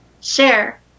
Share